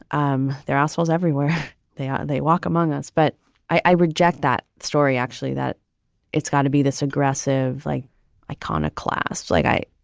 um they're assholes everywhere they are. they walk among us. but i reject that story, actually, that it's gonna be this aggressive, like iconoclasts, like i.